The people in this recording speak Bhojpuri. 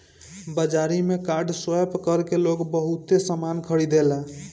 बाजारी में कार्ड स्वैप कर के लोग बहुते सामना खरीदेला